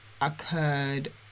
occurred